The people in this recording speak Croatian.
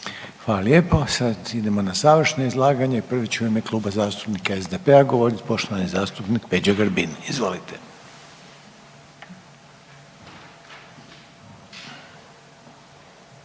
Hvala lijepo. Sad idemo na završno izlaganje, prvi će u ime Kluba zastupnika SDP-a govoriti poštovani zastupnik Peđa Grbin. Izvolite.